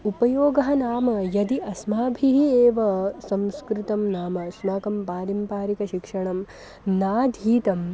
उपयोगः नाम यदि अस्माभिः एव संस्कृतं नाम अस्माकं पारिम्परिकशिक्षणं नाधीतं